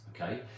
okay